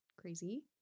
crazy